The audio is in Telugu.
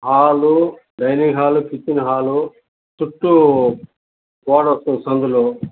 hall dining hall kitchen hall చుట్టూ గోడస్తుంది సందులో